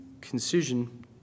concision